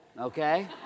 Okay